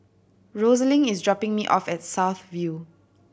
Rosalyn is dropping me off at South View